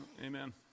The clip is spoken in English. Amen